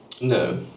No